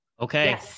Okay